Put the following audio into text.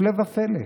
הפלא ופלא,